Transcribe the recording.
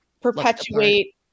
perpetuate